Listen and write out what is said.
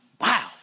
Wow